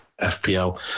FPL